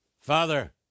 Father